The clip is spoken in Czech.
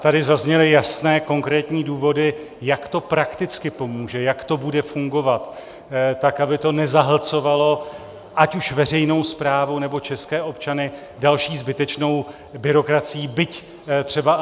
Tady zazněly jasné, konkrétní důvody, jak to prakticky pomůže, jak to bude fungovat, aby to nezahlcovalo ať už veřejnou správu, nebo české občany další zbytečnou byrokracií, byť třeba elektronickou.